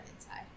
inside